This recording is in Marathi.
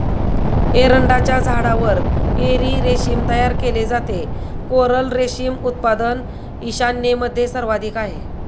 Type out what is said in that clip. एरंडाच्या झाडावर एरी रेशीम तयार केले जाते, कोरल रेशीम उत्पादन ईशान्येमध्ये सर्वाधिक आहे